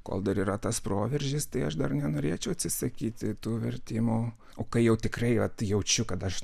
kol dar yra tas proveržis tai aš dar nenorėčiau atsisakyti tų vertimų o kai jau tikrai jaučiu kad aš